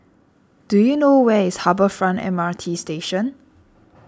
do you know where is Harbour Front M R T Station